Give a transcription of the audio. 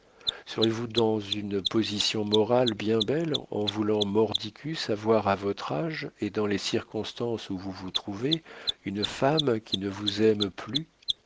serez-vous dans une position morale bien belle en voulant mordicus avoir à votre âge et dans les circonstances où vous vous trouvez une femme qui ne vous aime plus